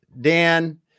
Dan